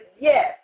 yes